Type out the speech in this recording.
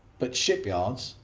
but shipyards,